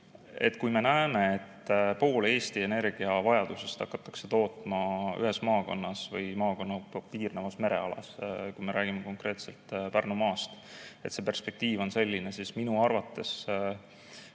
Kui me näeme, et poolt Eesti energiavajadusest hakatakse [katma tootmisega] ühes maakonnas või maakonnaga piirneval merealal – kui me räägime konkreetselt Pärnumaast, siis see perspektiiv on selline –, on minu arvates